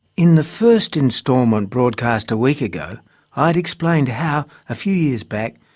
in the first instalment broadcast a week ago i had explained how, a few years back,